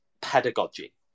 pedagogy